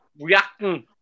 reacting